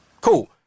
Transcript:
Cool